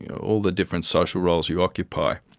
yeah all the different social roles you occupy.